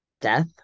death